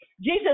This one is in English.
Jesus